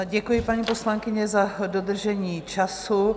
Děkuji, paní poslankyně, za dodržení času.